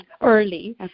early